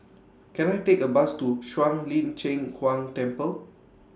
Can I Take A Bus to Shuang Lin Cheng Huang Temple